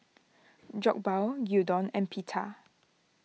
Jokbal Gyudon and Pita